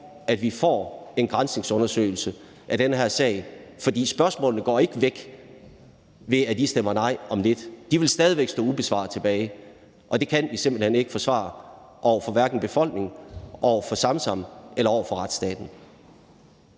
at vi får en granskningsundersøgelse af den her sag. For spørgsmålene går ikke væk, ved at I stemmer nej om lidt. De vil stadig væk stå ubesvarede tilbage. Det kan vi simpelt hen ikke forsvare, hverken over for befolkningen, Samsam eller retsstaten.